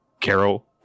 Carol